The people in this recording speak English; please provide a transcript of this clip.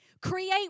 Create